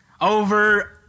over